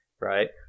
right